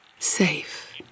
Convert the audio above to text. safe